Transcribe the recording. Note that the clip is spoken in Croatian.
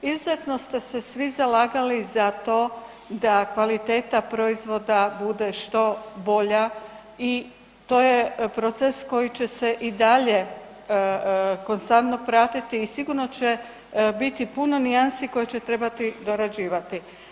Izuzetno ste se svi zalagali za to da kvaliteta proizvoda bude što bolja i to je proces koji će se i dalje konstantno pratiti i sigurno će biti puno nijansi koje će trebati dorađivati.